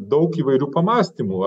daug įvairių pamąstymų